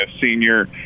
senior